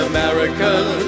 American